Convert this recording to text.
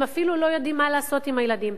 הם אפילו לא יודעים מה לעשות עם הילדים.